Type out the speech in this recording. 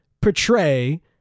portray